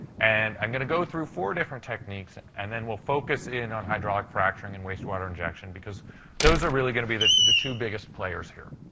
and i'm going to go through four different techniques, and then we'll focus in on hydraulic fracturing and wastewater injection because those are really going to be the the two biggest players here.